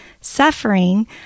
suffering